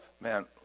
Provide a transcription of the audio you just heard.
man